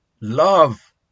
Love